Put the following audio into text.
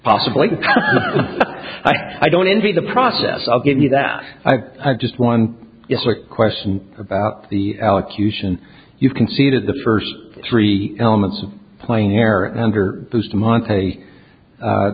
possibly i don't envy the process i'll give you that i have just one it's a question about the allocution you've conceded the first three elements of playing air and under bustamante a